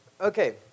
Okay